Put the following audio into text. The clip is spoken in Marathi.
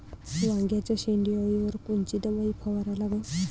वांग्याच्या शेंडी अळीवर कोनची दवाई फवारा लागन?